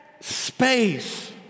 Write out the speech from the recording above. space